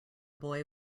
boy